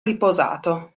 riposato